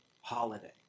holiday